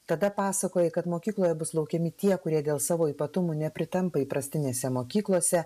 tada pasakojai kad mokykloje bus laukiami tie kurie dėl savo ypatumų nepritampa įprastinėse mokyklose